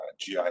gi